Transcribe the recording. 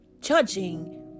judging